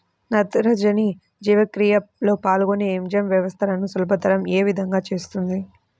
నత్రజని జీవక్రియలో పాల్గొనే ఎంజైమ్ వ్యవస్థలను సులభతరం ఏ విధముగా చేస్తుంది?